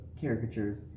caricatures